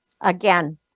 again